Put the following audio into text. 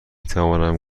توانم